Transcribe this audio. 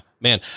man